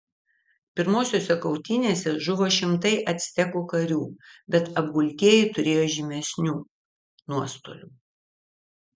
pirmosiose kautynėse žuvo šimtai actekų karių bet apgultieji turėjo žymesnių nuostolių